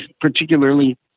particularly